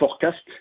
forecast